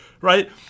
right